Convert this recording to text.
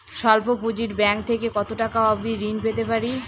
স্বল্প পুঁজির ব্যাংক থেকে কত টাকা অবধি ঋণ পেতে পারি?